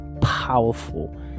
powerful